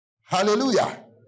Hallelujah